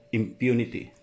impunity